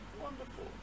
wonderful